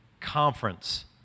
conference